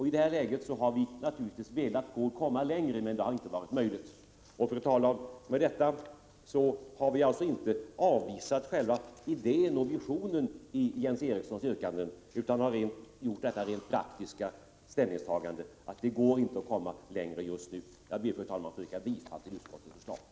I det här läget har vi naturligtvis velat komma längre, men det har inte varit möjligt. Fru talman! Med detta har vi inte avvisat själva idén och visionen i Jens Erikssons yrkanden utan har gjort det rent praktiska ställningstagandet att det inte går att komma längre just nu. Jag ber, fru talman, att få yrka bifall till utskottets förslag.